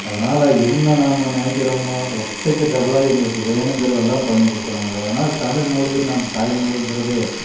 அதனால் என்ன நாம் நினைக்கிறமோ ஒத்தக்கி டபுளாக எங்களுக்கு வேணுங்கிறதெல்லாம் பண்ணி கொடுக்குறாங்க அதனால் தமிழ் மொழி நாம் தாய் மொழிங்கிறது